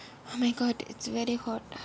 oh my god it's very hot